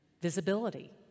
visibility